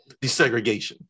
desegregation